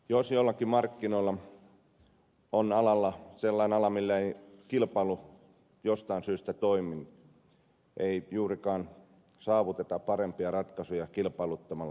jos joillakin markkinoilla on sellainen ala millä kilpailu ei jostain syystä toimi ei juurikaan saavuteta parempia ratkaisuja kilpailuttamalla